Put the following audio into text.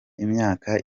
imyaka